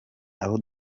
abo